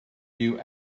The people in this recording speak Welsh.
dyw